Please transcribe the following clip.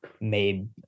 made